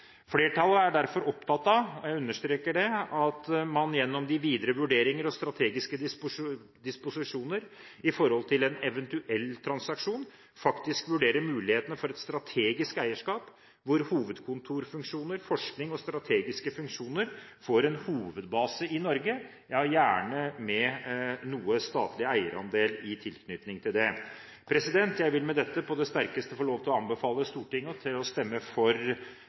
Flertallet er derfor opptatt av – og jeg understreker det – at man gjennom de videre vurderinger og strategiske disposisjoner i forbindelse med en eventuell transaksjon, faktisk vurderer mulighetene for et strategisk eierskap hvor hovedkontorfunksjoner, forskning og strategiske funksjoner får en hovedbase i Norge – ja, gjerne med noe statlig eierandel i tilknytning til det. Jeg vil med dette på det sterkeste få lov til å anbefale Stortinget å stemme for